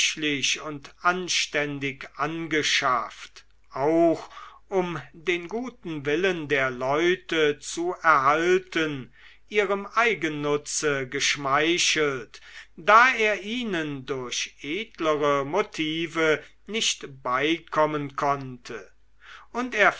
und anständig angeschafft auch um den guten willen der leute zu erhalten ihrem eigennutze geschmeichelt da er ihnen durch edlere motive nicht beikommen konnte und